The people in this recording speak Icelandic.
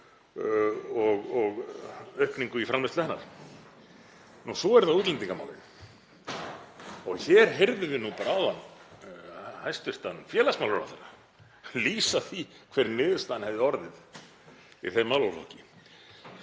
og aukningu í framleiðslu hennar. Svo eru það útlendingamálin og hér heyrðum við bara áðan hæstv. félagsmálaráðherra lýsa því hver niðurstaðan hefði orðið í þeim málaflokki.